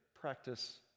practice